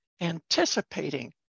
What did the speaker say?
anticipating